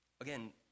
Again